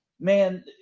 man